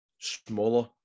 smaller